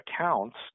accounts